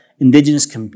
Indigenous